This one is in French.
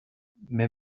mes